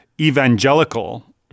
evangelical